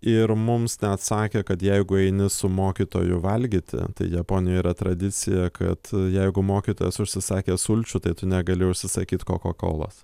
ir mums net sakė kad jeigu eini su mokytoju valgyti tai japonijoj yra tradicija kad jeigu mokytojas užsisakė sulčių tai tu negali užsisakyt kokakolą